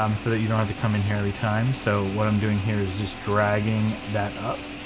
um so that you don't have to come in here every time. so what i'm doing here is just dragging that up,